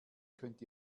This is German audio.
könnt